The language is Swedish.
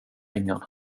ingen